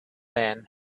man